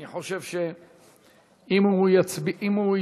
אני חושב שאם הוא יתנגד,